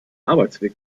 arbeitsweg